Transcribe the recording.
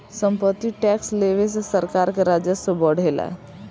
सम्पत्ति टैक्स लेवे से सरकार के राजस्व बढ़ेला